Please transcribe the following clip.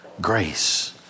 Grace